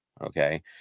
Okay